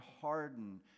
harden